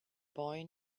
boy